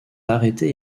arrêtés